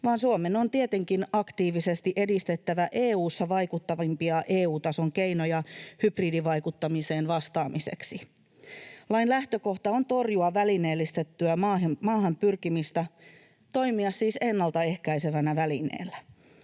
vaan Suomen on tietenkin aktiivisesti edistettävä EU:ssa vaikuttavimpia EU-tason keinoja hybridivaikuttamiseen vastaamiseksi. Lain lähtökohta on torjua välineellistettyä maahanpyrkimistä, toimia siis ennaltaehkäisevänä välineenä.